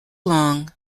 long